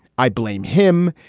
i blame him.